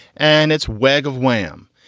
and it's wag of wham!